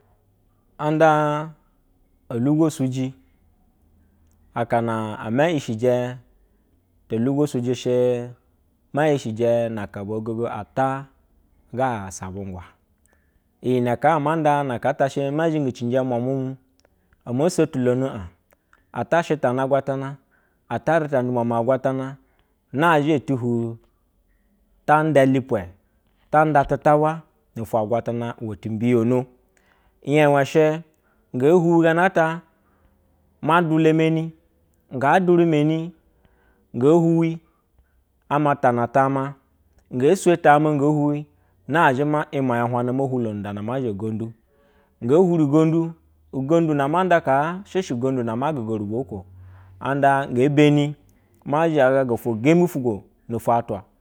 Andaa olugwo suji akana ama ishige to olugo suji shɛ ma ishesɛ na aka bo ogogo ata ga a shavogwa, iyine kaa amanda ana tashe me zhingi ticije muamua mu one sotumo add ata shita na agwatana ata rita ndumna ina ma agwalana nazhiatu huwi ta nda lupwe, tanda lupwe ta nda lupwe tanda lupwe ta nda tu tabwa noto agwatana use tumbiyo no, iya nwe shɛ nge huwi ga nata ma dula menigha dure manigo huwi amatana taa ma, nge swetama nge huwi na zhima ya huwana mohulo nd nda na ama zha gondu ngo huri gond ugonda na amanda kaa shɛshɛ ugondu ama giga rubo ko nda nge bani mazha zhagaga efo gembi fogono fo atena.